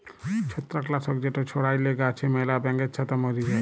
ছত্রাক লাসক যেট ছড়াইলে গাহাচে ম্যালা ব্যাঙের ছাতা ম্যরে যায়